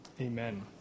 Amen